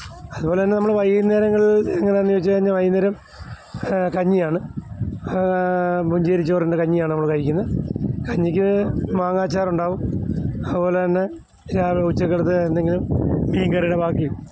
അതുപോലെത്തന്നെ നമ്മൾ വൈകുന്നേരങ്ങള് എങ്ങനെയാണെന്ന് ചോദിച്ച് കഴിഞ്ഞാൽ വൈകുന്നേരം കഞ്ഞിയാണ് പുഞ്ചയരി ചോറിന്റെ കഞ്ഞിയാണ് നമ്മൾ കഴിക്കുന്നത് കഞ്ഞിക്ക് മാങ്ങാച്ചാർ ഉണ്ടാവും അതുപോലെത്തന്നെ ഉച്ചക്കലത്തെ എന്തെങ്കിലും മീന്കറിയുടെ ബാക്കിയും